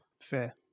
Fair